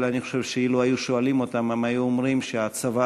אבל אני חושב שאילו היו שואלים אותם הם היו אומרים שהצוואה